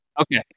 Okay